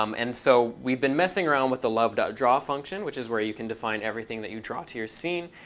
um and so we've been messing around with a love draw function, which is where you can define everything that you draw to your scene.